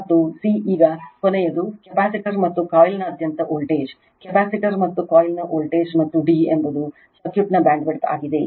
ಮತ್ತು ಸಿ ಈಗ ಕೊನೆಯದು ಕೆಪಾಸಿಟರ್ ಮತ್ತು ಕಾಯಿಲ್ನಾದ್ಯಂತ ವೋಲ್ಟೇಜ್ ಕೆಪಾಸಿಟರ್ ಮತ್ತು ಕಾಯಿಲ್ನ ವೋಲ್ಟೇಜ್ ಮತ್ತು ಡಿ ಎಂಬುದು ಸರ್ಕ್ಯೂಟ್ನ ಬ್ಯಾಂಡ್ವಿಡ್ತ್ ಆಗಿದೆ